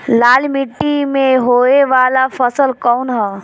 लाल मीट्टी में होए वाला फसल कउन ह?